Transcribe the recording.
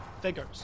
figures